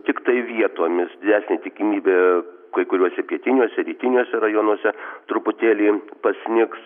tiktai vietomis didesnė tikimybė kai kuriuose pietiniuose rytiniuose rajonuose truputėlį pasnigs